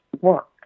work